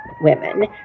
women